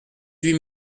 huit